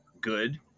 good